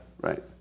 right